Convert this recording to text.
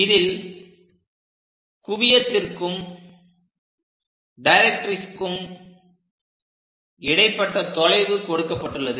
இதில் குவியத்திற்கும் டைரக்ட்ரிக்ஸ்க்கும் இடைப்பட்ட தொலைவு கொடுக்கப்பட்டுள்ளது